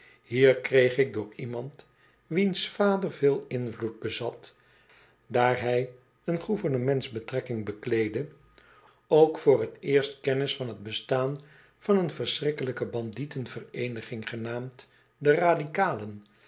hier kreeg ik door iemand wiens vader veel invloed bezat daar hij een gouvernementsbetrekking bekleedde ook voor t eerst kennis van t bestaan van een verschrikkelijke bandietenvereeniging genaamd de radicalen